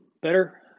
better